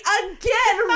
again